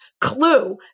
clue